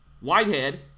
Whitehead